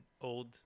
old